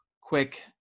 quick